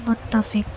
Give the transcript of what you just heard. متفق